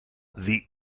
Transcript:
the